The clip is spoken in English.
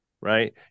right